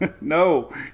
No